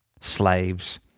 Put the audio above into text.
Slaves